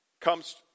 comes